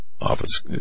Office